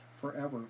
forever